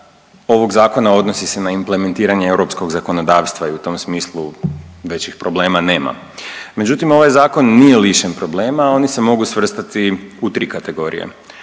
ovog Zakona odnosi se na implementiranje europskog zakonodavstva i u tom smislu većih problema nema. Međutim, ovaj Zakon nije lišen problema, oni se mogu svrstati u 3 kategorije.